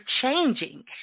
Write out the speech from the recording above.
changing